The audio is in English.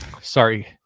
Sorry